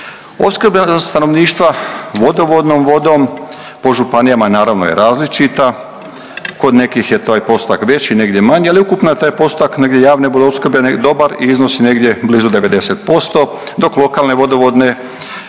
Opskrba stanovništva vodovodnom vodom po županijama naravno je različita, kod nekih je taj postotak veći, negdje manje, ali ukupno taj postotak negdje javne vodoopskrbe dobar i iznosi negdje blizu 90% dok lokalne vodovodne vodovode imaju